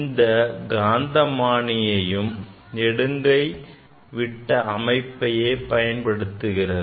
இந்த காந்தமானியும் நெடுங்கை விட்ட அமைப்பை பயன்படுத்துகிறது